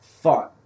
Fun